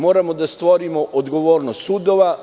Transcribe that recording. Moramo da stvorimo odgovornost sudova.